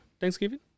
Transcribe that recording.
Thanksgiving